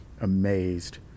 amazed